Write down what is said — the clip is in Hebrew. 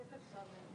לעניין הסטודנטים